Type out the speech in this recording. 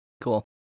cool